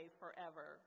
forever